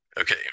okay